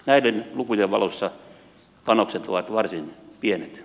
näiden lukujen valossa panokset ovat varsin pienet